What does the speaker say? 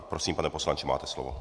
Prosím, pane poslanče, máte slovo.